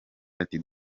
ati